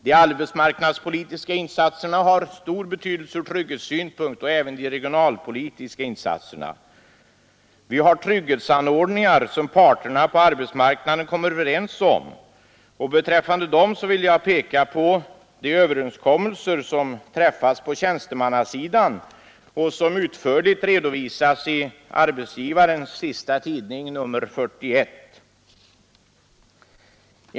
De arbetsmarknadspolitiska och även de regionalpolitiska insatserna har stor betydelse ur trygghetssynpunkt. Vi har trygghetsanordningar som parterna på arbetsmarknaden kommer överens om. Beträffande dem vill jag peka på de överenskommelser som träffats på tjänstemannasidan och som utförligt redovisades i senaste numret av tidningen Arbetsgivaren, nr 41 a.